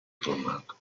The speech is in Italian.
formato